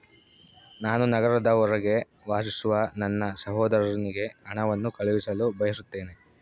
ನಾನು ನಗರದ ಹೊರಗೆ ವಾಸಿಸುವ ನನ್ನ ಸಹೋದರನಿಗೆ ಹಣವನ್ನು ಕಳುಹಿಸಲು ಬಯಸುತ್ತೇನೆ